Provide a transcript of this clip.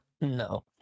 No